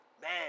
Man